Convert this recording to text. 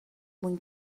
mwyn